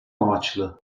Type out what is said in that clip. amaçlı